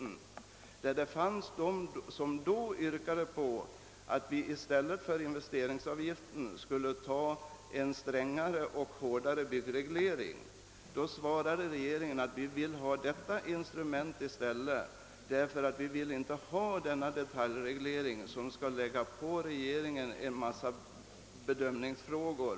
Då förordade en del talare att vi i stället för investeringsavgiften skulle införa en strängare byggreglering, men regeringen svarade att man ville ha det instrument som investeringsavgiften utgör. Man önskade inte få en detaljreglering som pålägger regeringen ett stort antal bedömningsfrågor.